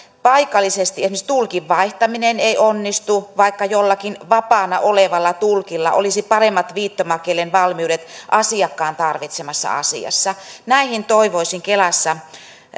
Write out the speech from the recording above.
paikallisesti esimerkiksi tulkin vaihtaminen ei onnistu vaikka jollakin vapaana olevalla tulkilla olisi paremmat viittomakielen valmiudet asiakkaan tarvitsemassa asiassa näihin asioihin toivoisin kelassa